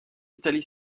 l’italie